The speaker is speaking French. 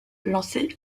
lancés